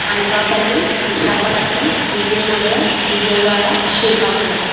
Anakapalli Visakhapatnam Vizianagaram Vijayawada Srikakulam